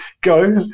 go